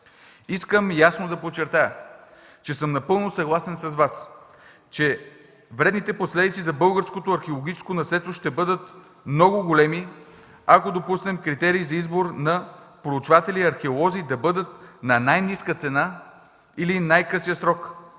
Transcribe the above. Искам ясно да подчертая, че съм напълно съгласен с Вас, че вредните последици за българското археологическо наследство ще бъдат много големи, ако допуснем критерий за избор на проучватели и археолози да бъде най-ниската цена или най-късият срок.